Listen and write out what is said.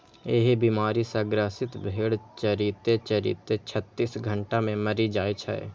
एहि बीमारी सं ग्रसित भेड़ चरिते चरिते छत्तीस घंटा मे मरि जाइ छै